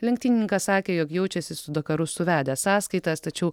lenktynininkas sakė jog jaučiasi su dakaru suvedęs sąskaitas tačiau